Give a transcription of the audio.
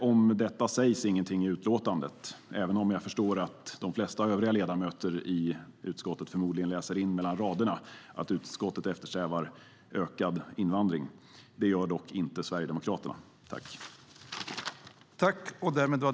Om detta sägs ingenting i utlåtandet, även om jag förstår att de flesta övriga ledamöter i utskottet förmodligen läser in mellan raderna att utskottet eftersträvar ökad invandring. Det gör dock inte Sverigedemokraterna.